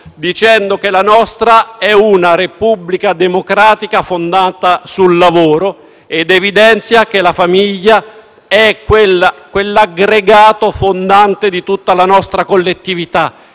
affermando che la nostra è una Repubblica democratica fondata sul lavoro, ed evidenzia che la famiglia è l'aggregato fondante di tutta la nostra collettività.